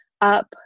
up